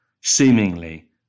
seemingly